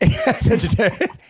Sagittarius